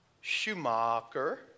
Schumacher